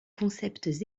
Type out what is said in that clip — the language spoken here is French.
concepts